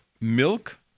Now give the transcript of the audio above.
milk